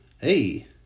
Hey